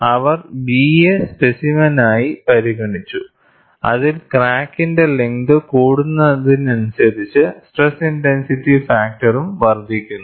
അവർ B യെ സ്പെസിമെനായി പരിഗണിച്ചു അതിൽ ക്രാക്കിന്റെ ലെങ്ത് കൂടുന്നതിനനുസരിച്ച് സ്ട്രെസ് ഇൻടെൻസിറ്റി ഫാക്ടറും വർദ്ധിക്കുന്നു